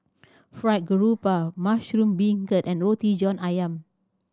Fried Garoupa mushroom beancurd and Roti John Ayam